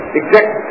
exact